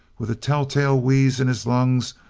with a tell-tale wheeze in his lungs,